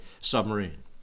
submarine